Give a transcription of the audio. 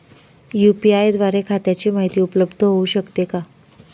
UPI द्वारे खात्याची माहिती उपलब्ध होऊ शकते का?